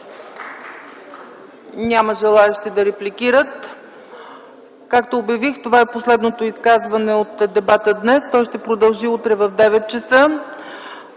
Няма желаещи да репликират. Както обявих, това е последното изказване от дебата днес. Той ще продължи утре в 9,00 ч.